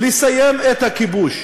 לסיום הכיבוש